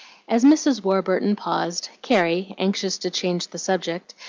as mrs. warburton paused, carrie, anxious to change the subject,